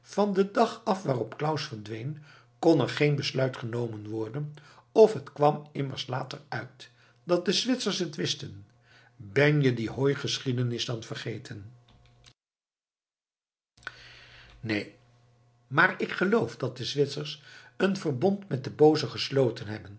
van den dag af waarop claus verdween kon er geen besluit genomen worden of het kwam immers later uit dat de zwitsers het wisten ben je die hooi geschiedenis dan vergeten neen maar ik geloof dat de zwitsers een verbond met den booze gesloten hebben